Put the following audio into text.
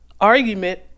Argument